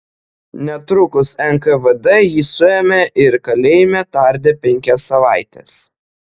netrukus nkvd jį suėmė ir kalėjime tardė penkias savaites